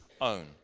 own